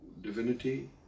Divinity